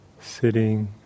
sitting